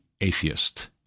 atheist